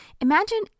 Imagine